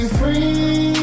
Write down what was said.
free